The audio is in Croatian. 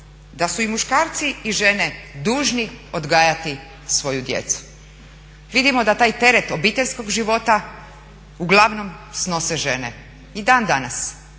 da su i muškarci i žene dužni odgajati svoju djecu. Vidimo da taj teret obiteljskog života uglavnom snose žene, i dan danas.